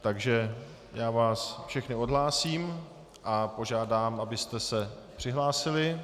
Takže vás všechny odhlásím a požádám, abyste se přihlásili.